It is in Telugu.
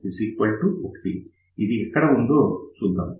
ఇది ఎక్కడ ఉందో చూద్దాం